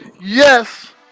yes